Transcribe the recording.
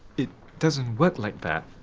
it doesn't work like that!